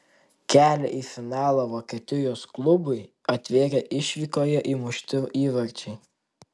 kelią į finalą vokietijos klubui atvėrė išvykoje įmušti įvarčiai